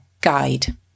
guide